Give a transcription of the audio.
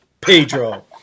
Pedro